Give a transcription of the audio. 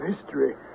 history